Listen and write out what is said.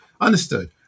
Understood